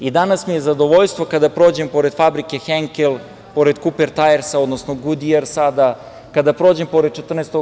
I, danas mi je zadovoljstvo kada prođem pored fabrike „Henkel“, pored „Kuper tajersa“, odnosno „Gudjir“ sada, kada prođem pored „14.